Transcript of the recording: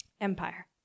empire